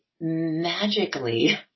magically